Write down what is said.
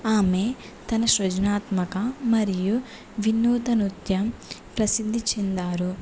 ఆమె తన సృజనాత్మక మరియు వినూత నృత్యం ప్రసిద్ధి చెందారు